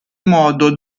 modo